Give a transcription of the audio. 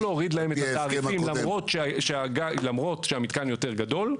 לא להוריד להם את התעריפים למרות שהמתקן יותר גדול,